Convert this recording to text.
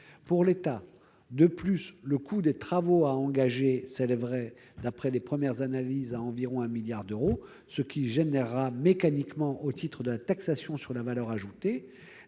pour l'État. De plus, le coût des travaux à engager s'élèverait, d'après les premières analyses, à environ 1 milliard d'euros, ce qui entraînera mécaniquement, au titre de la taxation sur la valeur ajoutée,